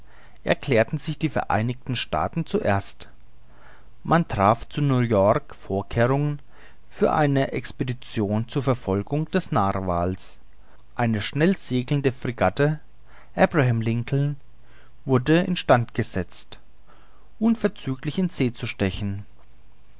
erklärten sich die vereinigten staaten zuerst man traf zu new-york vorkehrungen für eine expedition zur verfolgung des narwal eine schnellsegelnde fregatte abraham lincoln wurde in stand gesetzt unverzüglich in see zu stechen